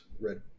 red